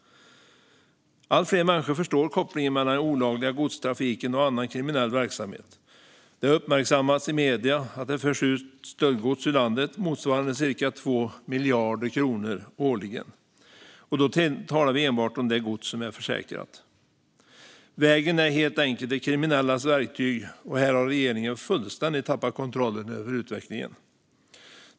Allt fler människor förstår kopplingen mellan den olagliga godstrafiken och annan kriminell verksamhet. I medierna har man uppmärksammat att det årligen förs ut stöldgods ur landet motsvarande cirka 2 miljarder kronor, och då talar vi enbart om det gods som är försäkrat. Vägen är helt enkelt de kriminellas verktyg, och här har regeringen fullständigt tappat kontrollen över utvecklingen.